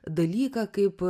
dalyką kaip